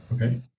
Okay